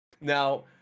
Now